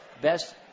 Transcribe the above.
best